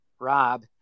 Rob